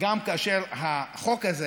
גם כאשר החוק הזה,